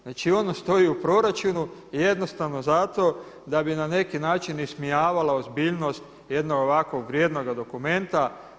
Znači ono stoji u proračunu jednostavno zato da bi na neki način ismijavalo ozbiljnost jednog ovako vrijednog dokumenta.